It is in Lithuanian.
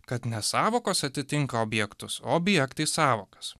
kad ne sąvokos atitinka objektus o objektai sąvokas